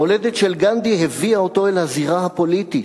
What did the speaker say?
המולדת של גנדי הביאה אותו אל הזירה הפוליטית.